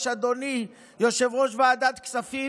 אדוני יושב-ראש ועדת כספים?